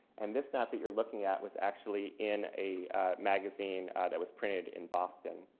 and this map that you're looking at was actually in a magazine that was printed in boston.